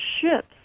ships